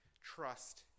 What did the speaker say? trust